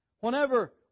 whenever